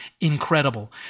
Incredible